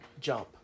jump